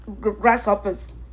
grasshoppers